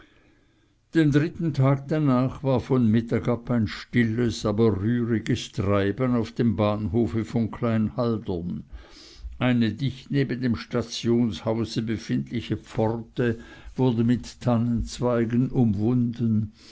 den dritten tag danach war von mittag ab ein stilles aber rühriges treiben auf dem bahnhofe von klein haldern eine dicht neben dem stationshause befindliche pforte wurde mit tannenzweigen umwunden